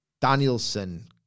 Danielson